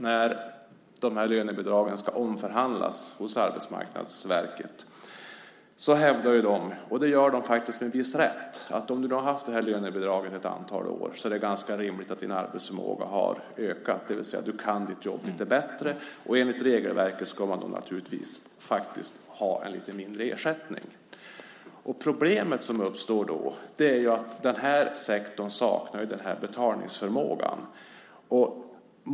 När de här lönebidragen ska omförhandlas hos Arbetsmarknadsverket hävdar de, faktiskt med viss rätt, att det är ganska rimligt att arbetsförmågan hos den som haft lönebidrag ett antal år har ökat, det vill säga att vederbörande kan sitt jobb lite bättre. Enligt regelverket ska man då, naturligtvis, ha en liten, en mindre, ersättning. Det problem som då uppstår är att den här sektorn saknar denna betalningsförmåga.